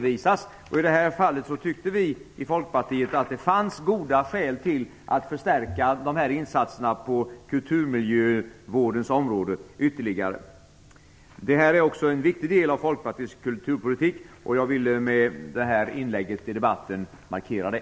I detta fall tyckte vi i Folkpartiet att det fanns goda skäl att förstärka insatserna på kulturmiljövårdens område ytterligare. Det här är en viktig del av Folkpartiets kulturpolitik. Jag ville med detta inlägg i debatten markera det.